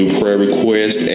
prayerrequest